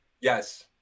Yes